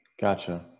Gotcha